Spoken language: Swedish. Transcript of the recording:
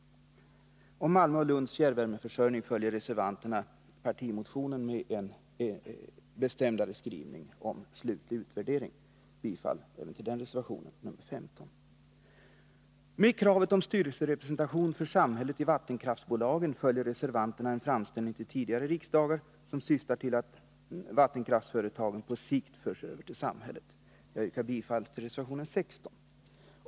När det gäller Malmös och Lunds fjärrvärmeförsörjning följer reservanterna partimotionen med en bestämdare skrivning om slutlig utvärdering. Jag yrkar bifall även till reservation 15. följer reservanterna en framställning till tidigare riksdagar som syftar till att vattenkraftföretagen på sikt förs över på samhället. Jag yrkar bifall till reservation 16.